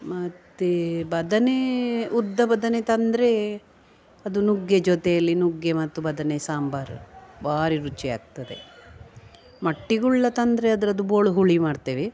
ಮತ್ತು ಬದನೆ ಉದ್ದ ಬದನೆ ತಂದರೆ ಅದು ನುಗ್ಗೆ ಜೊತೆಯಲ್ಲಿ ನುಗ್ಗೆ ಮತ್ತು ಬದನೆ ಸಾಂಬಾರು ಭಾರಿ ರುಚಿ ಆಗ್ತದೆ ಮಟ್ಟಿಗುಳ್ಳ ತಂದರೆ ಅದರದ್ದು ಬೋಳು ಹುಳಿ ಮಾಡ್ತೇವೆ